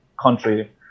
country